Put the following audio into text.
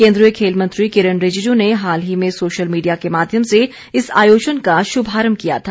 केंद्रीय खेल मंत्री किरेन रिजिजू ने हाल ही में सोशल मीडिया के माध्यम से इस आयोजन का शुभारंभ किया था